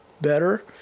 better